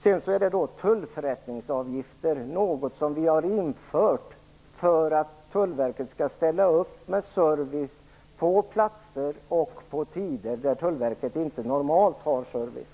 Sedan finns också tullförrättningsavgifter. Det är något som vi har infört för att Tullverket skall ställa upp med service på platser och på tider där Tullverket normalt inte har service.